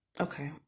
okay